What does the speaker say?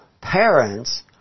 parents